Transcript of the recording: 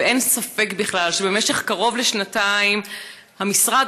ואין ספק בכלל שבמשך קרוב לשנתיים המשרד